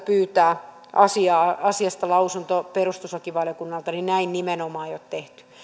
pyytää asiasta lausunto perustuslakivaliokunnalta niin näin nimenomaan ei ole tehty